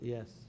Yes